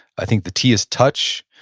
i think, the t is touch,